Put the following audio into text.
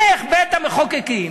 איך בית-המחוקקים,